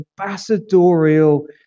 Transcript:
ambassadorial